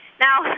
Now